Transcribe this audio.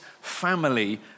family